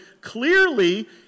clearly